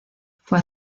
fue